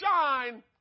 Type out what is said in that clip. shine